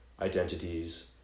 identities